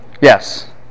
Yes